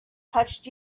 touched